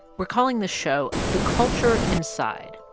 we're calling this show the culture inside.